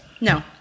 No